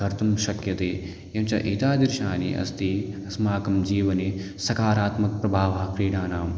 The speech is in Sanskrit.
कर्तुं शक्यते एवं च एतादृशः अस्ति अस्माकं जीवने सकारात्मकप्रभावः क्रीडानाम्